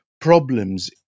problems